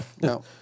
No